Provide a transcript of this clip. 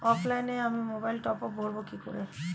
অফলাইনে আমি মোবাইলে টপআপ ভরাবো কি করে?